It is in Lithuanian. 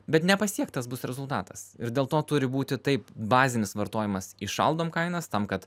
bet nepasiektas bus rezultatas ir dėl to turi būti taip bazinis vartojimas įšaldom kainas tam kad